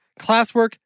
classwork